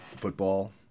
football